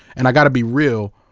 and i gotta be real,